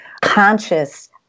conscious